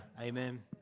Amen